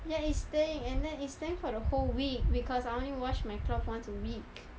ya it stink and then it stink for the whole week because I only wash my cloth once a week